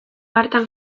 hartan